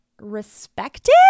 respected